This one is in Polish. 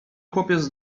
chłopiec